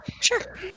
Sure